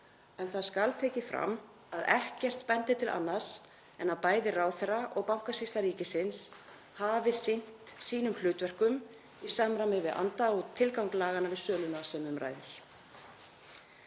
en það skal tekið fram að ekkert bendir til annars en að bæði ráðherra og Bankasýsla ríkisins hafi sinnt sínum hlutverkum í samræmi við anda og tilgang laganna við söluna sem um ræðir.